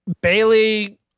Bailey